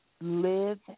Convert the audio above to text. live